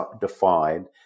defined